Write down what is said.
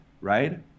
right